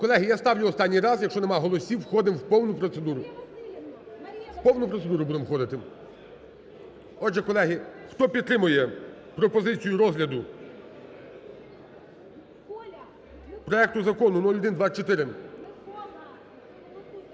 Колеги, я ставлю останній раз, якщо нема голосів, входимо в повну процедуру, в повну процедуру будемо входити. Отже, колеги, хто підтримує пропозицію розгляду проекту закону 0124